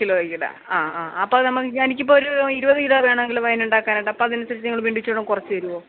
കിലോയ്ക്ക് അല്ലേ ആ ആ അപ്പം എനിക്ക് ഇപ്പോൾ ഒരു ഇരുപത് കിലോ വേണമെങ്കിൽ വൈൻ ഉണ്ടാക്കാനായിട്ട് അപ്പം അത് അനുസരിച്ച് നിങ്ങൾ ബില്ല് ഇച്ചിരികൂടെയും കുറച്ച് തരുമോ